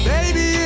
Baby